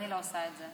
אני לא עושה את זה.